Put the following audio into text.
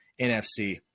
NFC